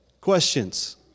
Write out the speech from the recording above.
Questions